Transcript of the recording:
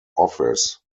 office